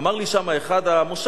אמר לי שם אחד המושבניקים,